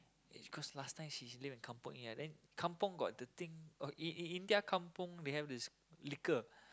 cause last time she's live in kampung ya then kampung got the thing i~ in India kampung we have this liquor